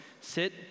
sit